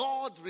God